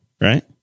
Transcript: right